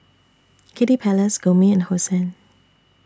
Kiddy Palace Gourmet and Hosen